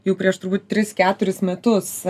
jau prieš turbūt tris keturis metus